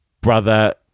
brother